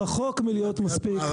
רחוק מלהיות מספיק.